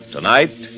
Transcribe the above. Tonight